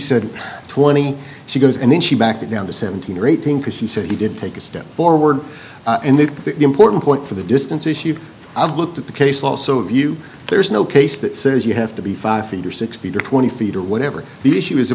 said twenty she goes and then she backed it down to seventeen or eighteen because she said he did take a step forward in the important point for the distance issue i've looked at the case also of you there's no case that says you have to be five feet or six feet or twenty feet or whatever the issue is